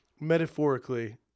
metaphorically